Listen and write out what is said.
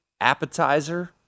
appetizer